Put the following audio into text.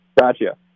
Gotcha